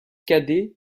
cadet